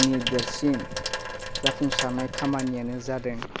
आंनि देरसिन जाफुंसानाय खामानियानो जादों